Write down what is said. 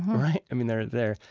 right? i mean they're there.